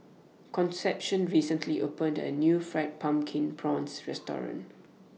Concepcion recently opened A New Fried Pumpkin Prawns Restaurant